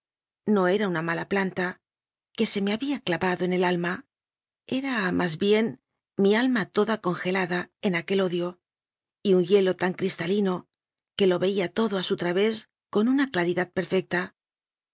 no era una mala planta era un témpano que se me había clavado en el alma era más bien mi alma toda conge lad a en aquel odio y un hielo tan cristaclaridad perfecta